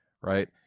right